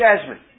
Jasmine